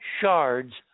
shards